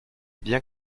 bien